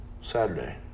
Saturday